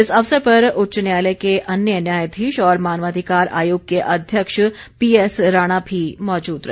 इस अवसर पर उच्च न्यायालय के अन्य न्यायाधीश और मानवाधिकार आयोग के अध्यक्ष पीएस राणा भी मौजूद रहे